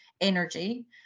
Energy